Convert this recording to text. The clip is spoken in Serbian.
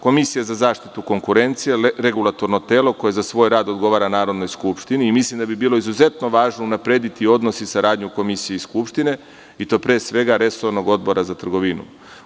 Komisija za zaštitu konkurencije regulatorno telo, koje za svoj rad odgovara Narodnoj skupštini i mislim da bi bilo izuzetno važno unaprediti odnos i saradnju komisije i Skupštine i to pre svega, resornog Odbora za trgovinu.